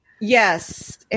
yes